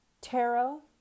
Tarot